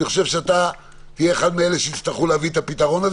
אני חושב שאתה תהיה אחד מאלה שיצטרכו להביא פתרון,